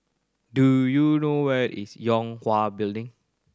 do you know where is Yue Hwa Building